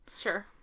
Sure